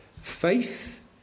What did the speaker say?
Faith